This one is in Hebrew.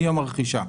מיום הרכישה.